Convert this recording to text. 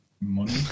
money